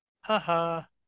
ha-ha